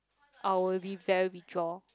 I will be very jaw